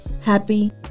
happy